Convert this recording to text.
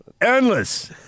Endless